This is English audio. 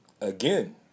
again